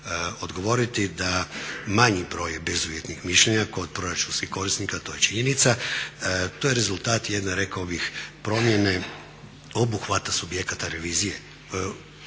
odgovoriti da manji broj bezuvjetnih mišljenja kod proračunskih korisnika to je činjenica, to je rezultat jedne rekao bih promjene obuhvata subjekata revizije.